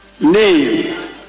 Name